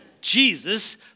Jesus